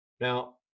Now